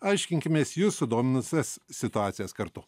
aiškinkimės jus sudominusias situacijas kartu